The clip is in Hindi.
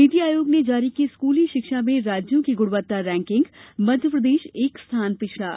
नीति आयोग ने जारी की स्कूली शिक्षा में राज्यों की गुणवत्ता रेंकिंग मध्यप्रदेश एक स्थान पिछड़ा